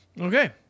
okay